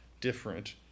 different